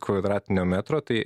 kvadratinio metro tai